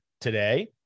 today